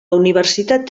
universitat